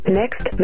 next